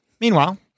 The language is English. Meanwhile